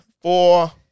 Four